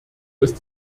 ist